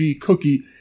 cookie